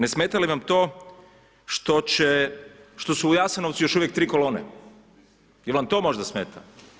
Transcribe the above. Ne smeta li vam to što su u Jasenovcu još uvijek tri kolone, jel vam to možda smeta?